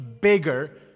bigger